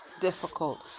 difficult